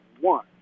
One